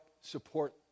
support